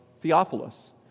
Theophilus